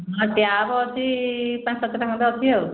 ହଁ ଟ୍ୟାପ୍ ଅଛି ପାଞ୍ଚ ସାତଟା ଖଣ୍ଡେ ଅଛି ଆଉ